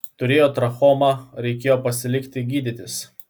turėjo trachomą reikėjo pasilikti gydytis